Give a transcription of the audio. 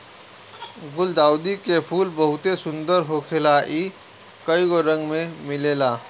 गुलदाउदी के फूल बहुते सुंदर होखेला इ कइगो रंग में मिलेला